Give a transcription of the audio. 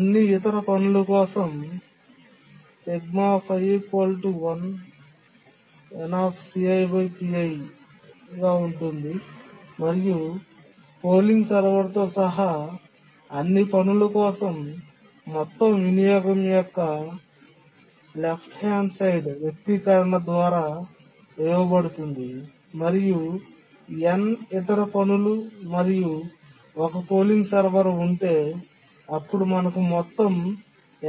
అన్ని ఇతర పనుల కోసం ఉంది మరియు పోలింగ్ సర్వర్తో సహా అన్ని పనుల కోసం మొత్తం వినియోగం ఎడమ చేతి వ్యక్తీకరణ ద్వారా ఇవ్వబడుతుంది మరియు n ఇతర పనులు మరియు 1 పోలింగ్ సర్వర్ ఉంటే అప్పుడు మాకు మొత్తం